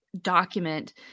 document